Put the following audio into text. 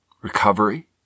recovery